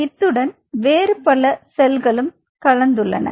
இத்துடன் இத்துடன் வேறு பல செல்களும் கலந்துள்ளன